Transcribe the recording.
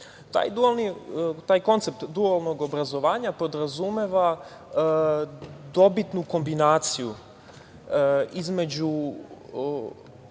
Taj koncept dualnog obrazovanja podrazumeva dobitnu kombinaciju između